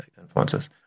influences